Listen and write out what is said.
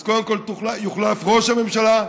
אז קודם כול יוחלף ראש הממשלה,